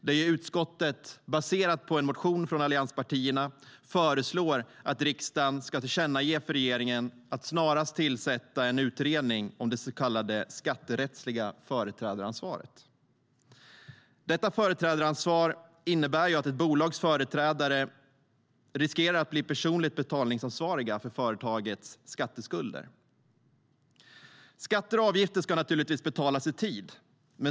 Där föreslår utskottet, baserat på en motion från allianspartierna, att riksdagen ska tillkännage för regeringen att snarast tillsätta en utredning om det så kallade skatterättsliga företrädaransvaret. Detta företrädaransvar innebär att ett bolags företrädare riskerar att bli personligt betalningsansvariga för företagets skatteskulder. Skatter och avgifter ska naturligtvis betalas i tid.